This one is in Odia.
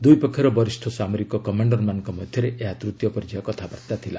ଦୂଇପକ୍ଷର ବରିଷ୍ଠ ସାମରିକ କମାଣ୍ଡରମାନଙ୍କ ମଧ୍ୟରେ ଏହା ତୂତୀୟ ପର୍ଯ୍ୟାୟ କଥାବାର୍ତ୍ତା ଥିଲା